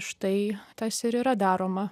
štai tas ir yra daroma